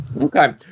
Okay